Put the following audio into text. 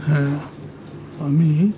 হ্যাঁ আমি